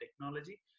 technology